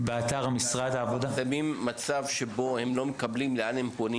או במצב שבו הם לא מקבלים, לאן הם פונים?